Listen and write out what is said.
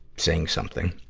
saying something.